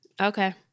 Okay